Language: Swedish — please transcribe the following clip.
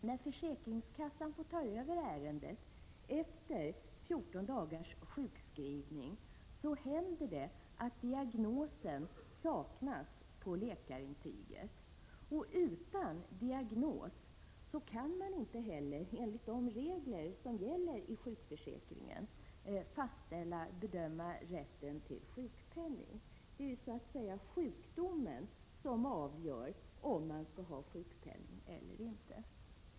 När försäkringskassan får ta över ärendet efter 14 dagars sjukskrivning händer det att diagnos saknas på läkarintyget. Utan diagnos kan man inte enligt de regler som gäller i sjukförsäkringen bedöma och fastställa rätten till sjukpenning. Det är ju så att säga sjukdomen som avgör om man skall ha sjukpenning eller inte.